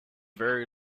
very